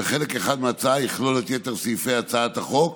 וחלק אחד מההצעה יכלול את יתר סעיפי הצעת החוק.